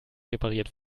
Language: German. repariert